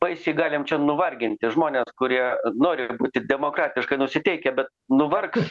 baisiai galim čia nuvarginti žmones kurie nori būti demokratiškai nusiteikę bet nuvargs